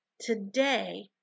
today